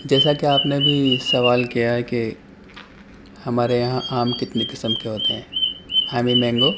جیسا کہ آپ نے ابھی سوال کیا ہے کہ ہمارے یہاں آم کتنے قسم کے ہوتے ہیں ہاں وہی مینگو